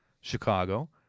Chicago